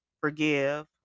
forgive